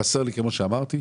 כמו שאמרתי,